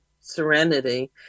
serenity